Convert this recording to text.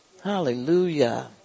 Hallelujah